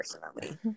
personally